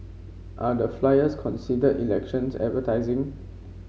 are the flyers considered elections advertising